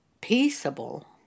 peaceable